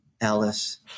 Alice